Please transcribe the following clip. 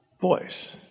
voice